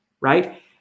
right